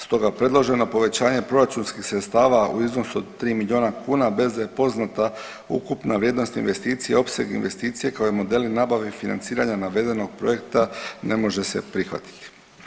Stoga predloženo povećanje proračunskih sredstava u iznosu od 3 miliona kuna bez da je poznata ukupna vrijednost investicije, opseg investicije kao i modeli nabave i financiranja navedenog projekta ne može se prihvatiti.